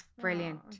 Brilliant